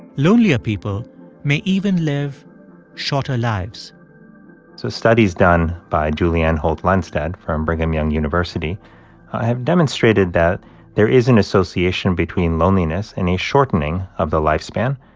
lonelier people may even live shorter lives so studies done by julianne holt-lunstad from brigham young university have demonstrated that there is an association between loneliness loneliness and a shortening of the lifespan.